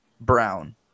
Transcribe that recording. brown